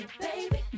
Baby